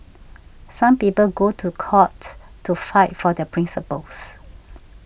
some people go to court to fight for their principles